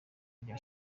rya